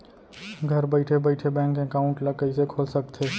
घर बइठे बइठे बैंक एकाउंट ल कइसे खोल सकथे?